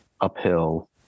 uphill